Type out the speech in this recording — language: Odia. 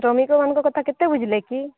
ଶ୍ରମିକମାନଙ୍କ କଥା କେତେ ବୁଝିଲେ କି